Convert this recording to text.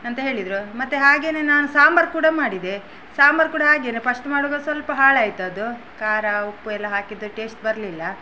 ಅಂತ ಹೇಳಿದರು ಮತ್ತೆ ಹಾಗೆಯೇ ನಾನು ಸಾಂಬಾರು ಕೂಡ ಮಾಡಿದೆ ಸಾಂಬಾರು ಕೂಡ ಹಾಗೆಯೇ ಫಸ್ಟ್ ಮಾಡುವಾಗ ಸ್ವಲ್ಪ ಹಾಳಾಯ್ತು ಅದು ಖಾರ ಉಪ್ಪು ಎಲ್ಲ ಹಾಕಿದ್ದು ಟೇಸ್ಟ್ ಬರಲಿಲ್ಲ